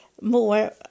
more